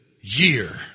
year